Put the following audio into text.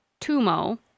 TUMO